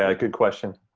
ah good question.